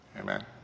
Amen